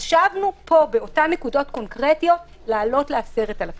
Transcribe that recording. חשבנו באותן נקודות קונקרטיות להעלות ל-10,000 ש"ח.